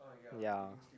ya